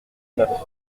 neuf